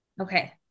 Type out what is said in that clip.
okay